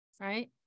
right